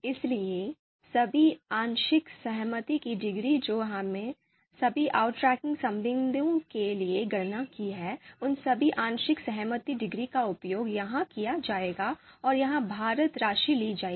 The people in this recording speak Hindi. इसलिए सभी आंशिक सहमति की डिग्री जो हमने सभी outranking संबंधों के लिए गणना की है उन सभी आंशिक सहमति डिग्री का उपयोग यहां किया जाएगा और एक भारित राशि ली जाएगी